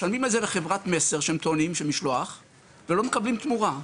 משלמים על זה לחברת מסר שהם טוענים שהם עושים משלוח ולא מקבלים תמורה,